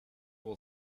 will